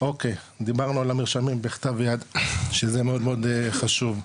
דיברנו על המרשמים בכתב יד שזה מאוד מאוד חשוב,